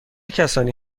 کسانی